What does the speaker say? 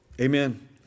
amen